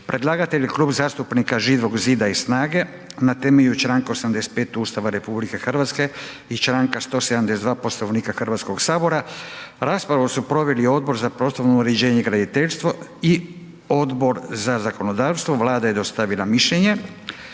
Predlagatelj je Klub zastupnika Živog zida i SNAGA-e na temelju članka 85. Ustava RH i članka 172. Poslovnika Hrvatskog sabora. Raspravu su proveli odbor za prostorno uređenje i graditeljstvo i Odbor za zakonodavstvo, Vlada je dostavila mišljenje.